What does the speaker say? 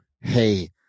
hey